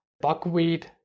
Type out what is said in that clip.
buckwheat